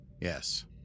yes